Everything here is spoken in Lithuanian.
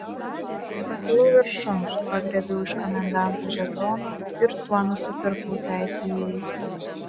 pakilau viršun pagriebiau iš komendanto žetoną ir tuo nusipirkau teisę įeiti